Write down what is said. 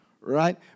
right